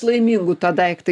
laimingu tą daiktą